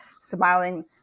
smiling